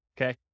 okay